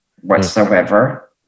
whatsoever